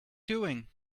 doing